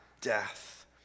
death